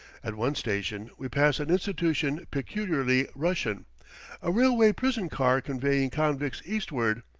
at one station we pass an institution peculiarly russian a railway prison-car conveying convicts eastward.